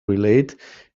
relate